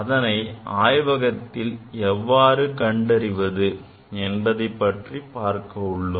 அதனை ஆய்வகத்தில் எவ்வாறு கண்டறிவது என்பது பற்றி பார்க்க உள்ளோம்